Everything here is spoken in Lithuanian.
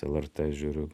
lrt žiūriu